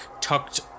Tucked